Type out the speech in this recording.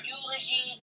eulogy